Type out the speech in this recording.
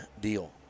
deal